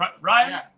Ryan